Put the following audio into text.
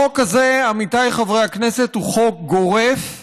החוק הזה, עמיתיי חברי הכנסת, הוא חוק גורף,